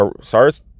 SARS